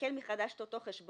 מעקל מחדש את אותו חשבון,